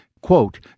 Quote